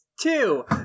Two